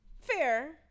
Fair